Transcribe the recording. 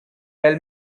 tell